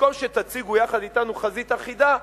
במקום שתציגו יחד אתנו חזית אחידה,